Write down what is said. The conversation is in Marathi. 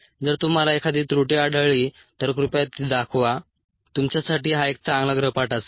जर तुम्हाला एखादी त्रुटी आढळली तर कृपया ती दाखवा तुमच्यासाठी हा एक चांगला गृहपाठ असेल